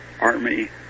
Army